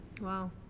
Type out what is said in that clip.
Wow